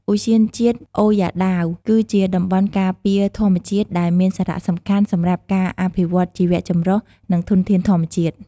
ឧទ្យានជាតិអូរយ៉ាដាវ គឺជាតំបន់ការពារធម្មជាតិដែលមានសារៈសំខាន់សម្រាប់ការអភិរក្សជីវៈចម្រុះ និងធនធានធម្មជាតិ។